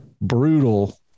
brutal